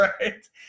Right